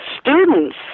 students